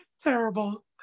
Terrible